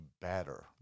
better